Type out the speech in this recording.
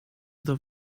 iddo